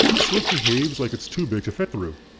so it behaves like it's too big to fit through.